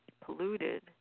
polluted